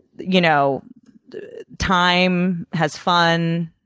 you know time, has fun.